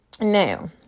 Now